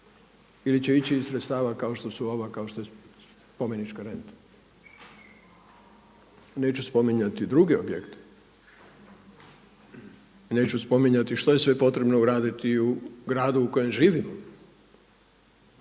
ili će ići iz sredstava kao što su ova, kao što je spomenička renta. Neću spominjati druge objekte, neću spominjati što je sve potrebno uraditi u gradu u kojem živimo,